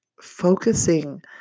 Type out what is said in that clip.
focusing